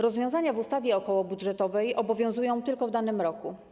Rozwiązania w ustawie okołobudżetowej obowiązują tylko w danym roku.